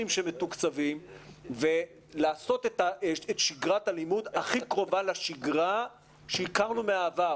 שמתוקצבים ולעשות את שגרת הלימוד הכי קרובה לשגרה שהכרנו מהעבר,